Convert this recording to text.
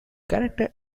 charter